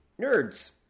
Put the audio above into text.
nerds